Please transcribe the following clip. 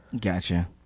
Gotcha